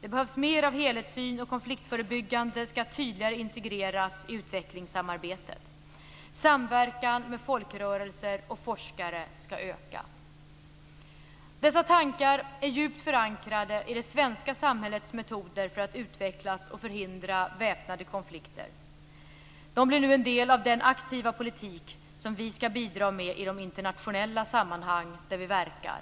Det behövs mer av helhetssyn, och konfliktförebyggande skall tydligare integreras i utvecklingssamarbetet. Samverkan med folkrörelser och forskare skall öka. Dessa tankar är djupt förankrade i det svenska samhällets metoder för att utvecklas och förhindra väpnade konflikter. De blir nu en del av den aktiva politik som vi skall bidra med i de internationella sammanhang där vi verkar.